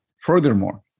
Furthermore